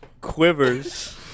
quivers